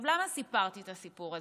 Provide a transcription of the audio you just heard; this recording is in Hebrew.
למה סיפרתי את הסיפור הזה?